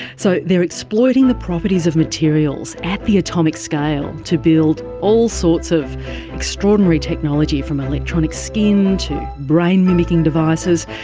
so they are exploiting the properties of materials at the atomic scale to build all sorts of extraordinary technology, from electronic skin to brain mimicking devices,